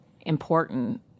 important